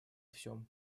всем